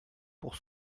pour